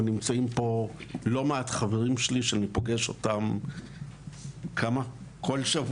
ונמצאים פה לא מעט חברים שלי שאני פוגש אותם לפחות כל שבוע.